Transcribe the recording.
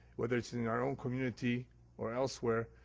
whether it's in our own community or elsewhere,